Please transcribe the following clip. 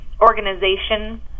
organization